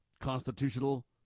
constitutional